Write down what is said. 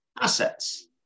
assets